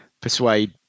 persuade